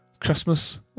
Christmas